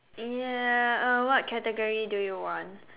ya uh what category do you want